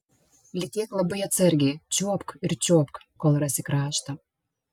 lytėk labai atsargiai čiuopk ir čiuopk kol rasi kraštą